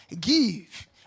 Give